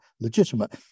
legitimate